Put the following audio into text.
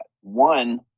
One